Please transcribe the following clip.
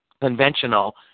conventional